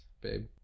babe